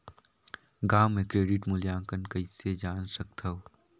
गांव म क्रेडिट मूल्यांकन कइसे जान सकथव?